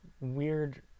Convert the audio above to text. weird